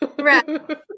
right